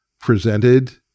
presented